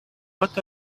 what